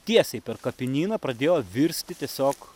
tiesiai per kapinyną pradėjo virsti tiesiog